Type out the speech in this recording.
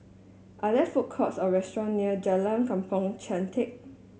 are there food courts or restaurant near Jalan Kampong Chantek